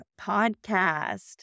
podcast